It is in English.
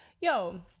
Yo